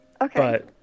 Okay